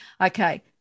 okay